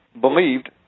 believed